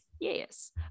Yes